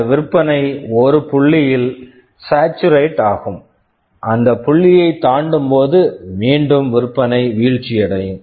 இந்த விற்பனை ஒரு புள்ளியில் சாச்சுரேட் saturate ஆகும் அந்த புள்ளியைத் தாண்டும் போது மீண்டும் விற்பனை வீழ்ச்சியடையும்